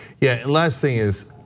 yeah, last thing is,